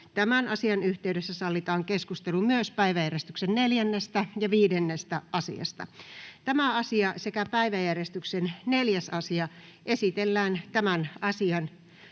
tämän asian yhteydessä sallitaan keskustelu myös päiväjärjestyksen 4. ja 5. asiasta. Tämä asia sekä päiväjärjestyksen 4. asia esitellään tämän asian